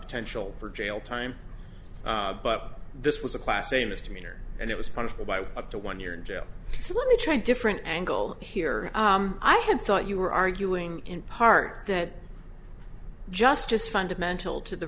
potential for jail time but this was a class a misdemeanor and it was punishable by up to one year in jail so let me try different angle here i had thought you were arguing in part that justice fundamental to the